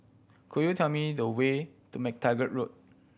could you tell me the way to MacTaggart Road